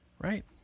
Right